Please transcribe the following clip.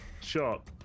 Shot